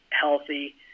healthy